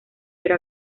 pero